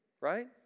Right